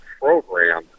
program